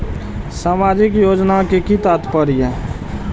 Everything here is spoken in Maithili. सामाजिक योजना के कि तात्पर्य?